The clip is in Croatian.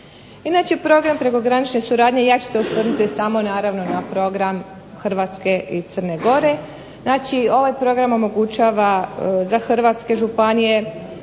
Inače program prekogranične suradnje, ja ću se osvrnuti samo naravno na program Hrvatske i Crne Gore, znači ovaj program omogućava za hrvatske županije